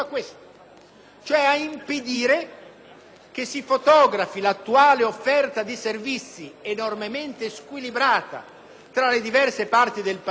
serve ad impedire che si fotografi l'attuale offerta di servizi enormemente squilibrata tra le diverse parti del Paese